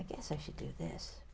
i guess i should do this